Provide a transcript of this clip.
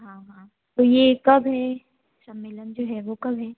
हाँ हाँ तो ये कब है सम्मेलन जो है वो कब है